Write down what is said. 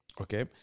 okay